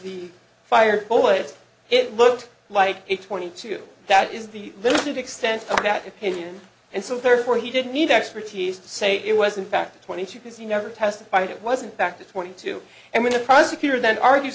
the fire boy it looked like a twenty two that is the limited extent that opinion and so therefore he didn't need the expertise to say it wasn't fact twenty two because he never testified it wasn't back to twenty two and when the prosecutor then argues